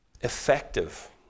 Effective